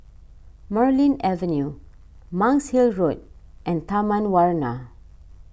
Marlene Avenue Monk's Hill Road and Taman Warna